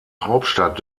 hauptstadt